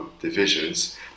divisions